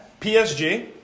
PSG